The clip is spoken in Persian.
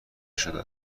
شده